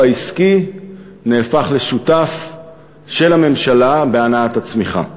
העסקי נהפך לשותף של הממשלה בהנעת הצמיחה.